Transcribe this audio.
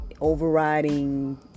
overriding